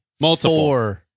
multiple